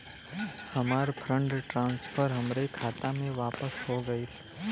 हमार fund transfer हमरे खाता मे वापस हो गईल